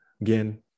again